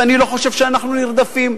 ואני לא חושב שאנחנו נרדפים.